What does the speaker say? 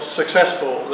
successful